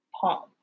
Palm